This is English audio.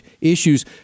issues